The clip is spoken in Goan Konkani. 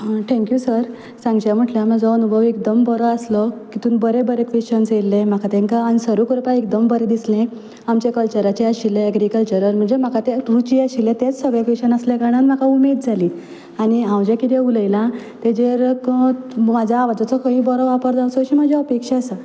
थँक्यू सर सांगचें म्हटल्यार म्हाजो अनुभव एकदम बरो आसलो की तुमी बरे बरे क्वेशनन्स येयले म्हाका तांकां आन्सरू करपा एकदम बरें दिसलें आमच्या कल्चराचें आशिल्ले एग्रिकल्चरल म्हणजे म्हाका ते तुमची आशिल्ले तेत सगले क्वेशन आसल्या कारणान म्हाका उमेद जाली आनी हांव जें किदें उलयलां तेजेर म्हाज्या आवाजाचो खंयीय बरो वापर जावचो अशी म्हजी अपेक्षा आसा